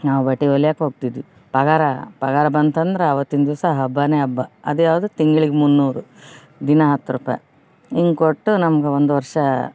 ನಾವು ಬಟ್ಟೆ ಹೊಲಿಯಾಕೆ ಹೋಗ್ತಿದ್ವಿ ಪಾಗಾರ ಪಾಗಾರ ಬಂತಂದ್ರ ಆವತ್ತಿಂದು ದಿವ್ಸ ಹಬ್ಬಾನೆ ಹಬ್ಬ ಅದು ಯಾವ್ದು ತಿಂಗ್ಳಿಗೆ ಮುನ್ನೂರು ದಿನಾ ಹತ್ತು ರೂಪಾಯಿ ಹಿಂಗೆ ಕೊಟ್ಟು ನಮ್ಗೆ ಒಂದು ವರ್ಷ